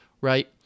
right